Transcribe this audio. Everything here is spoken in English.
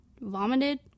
vomited